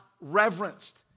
reverenced